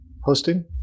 hosting